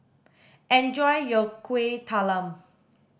enjoy your kueh talam